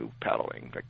paddling